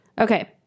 Okay